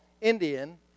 Indian